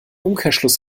umkehrschluss